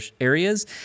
areas